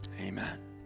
Amen